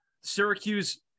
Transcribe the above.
Syracuse